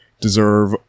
deserve